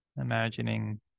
imagining